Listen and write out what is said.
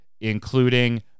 including